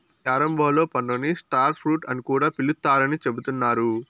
carambola పండుని star fruit అని కూడా పిలుత్తారని చెబుతున్నారు